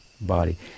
body